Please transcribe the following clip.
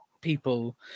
people